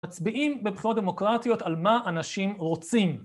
מצביעים בבחירות דמוקרטיות על מה אנשים רוצים.